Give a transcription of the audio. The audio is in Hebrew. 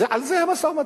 על זה המשא-ומתן.